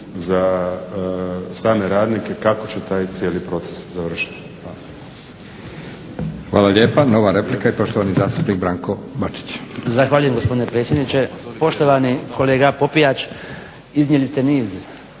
za same radnike kako će taj cijeli proces završiti.